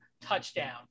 touchdown